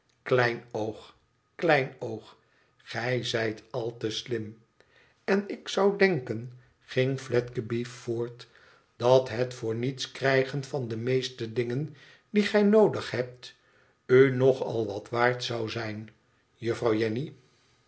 kleinoog kleinoog gij zijt al te slim n ik zou denken ging fledgeby voort dat het voor niets krijgen van de meeste dingen die gij noodig hebt u nog al wat waard zou zijn juffrouw jenny